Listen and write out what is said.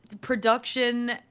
production